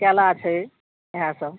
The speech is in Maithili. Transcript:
केला छै इएह सब